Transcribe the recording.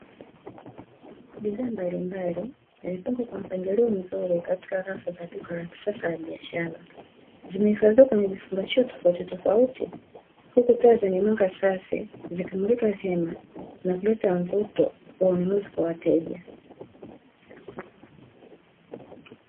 Bidhaa mbalimbali, zimepangwa katika mpangilio mzuri katika rafu za kisasa za biashara, zimehifadhiwa katika vifungashio tofautitofauti, huku taa zenye mwanga safi zikimulika vyema, kuleta mvuto kwa wanunuzi kwa wateja.